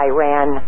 Iran